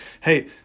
hey